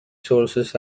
sources